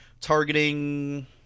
Targeting